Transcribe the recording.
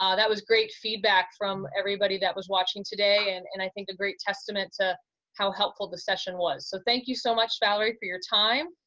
um that was great feedback from everybody that was watching today, and and i think a great testament to how helpful the session was. so thank you so much, valerie, for your time,